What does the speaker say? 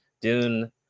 Dune